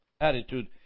attitude